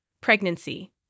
pregnancy